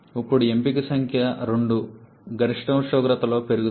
ఇప్పుడు ఎంపిక సంఖ్య 2 గరిష్ట ఉష్ణోగ్రతలో పెరుగుదల